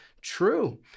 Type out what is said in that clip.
true